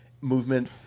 movement